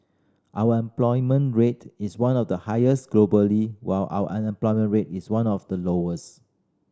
our employment rate is one of the highest globally while our unemployment rate is one of the lowest